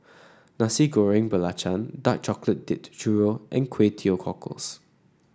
Nasi Goreng Belacan Dark Chocolate Dipped Churro and Kway Teow Cockles